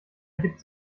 gibt